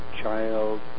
child